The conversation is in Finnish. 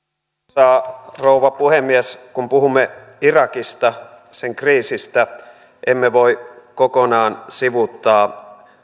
arvoisa rouva puhemies kun puhumme irakista sen kriisistä emme voi kokonaan sivuuttaa